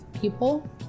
people